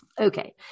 Okay